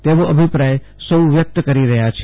તેવો અભિપ્રાય સૌ વ્યક્ત કરી રહ્યા છે